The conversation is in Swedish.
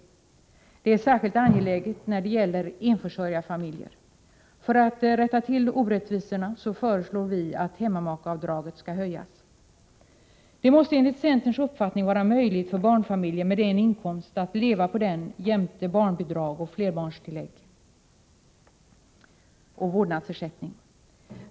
Detta är särskilt angeläget när det gäller enförsörjarfamiljer. För att rätta till orättvisorna föreslår vi att hemmamakeavdraget skall höjas. Det måste enligt centerns uppfattning vara möjligt för barnfamiljer med en inkomst att leva på den, jämte barnbidrag, flerbarnstillägg och vårdnadsersättning.